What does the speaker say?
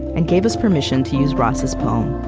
and gave us permission to use ross's poem.